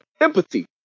Empathy